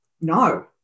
no